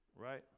right